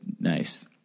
Nice